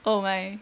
oh my